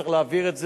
צריך להבין את זה.